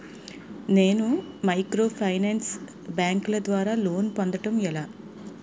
నేను మైక్రోఫైనాన్స్ బ్యాంకుల ద్వారా లోన్ పొందడం ఎలా?